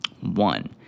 One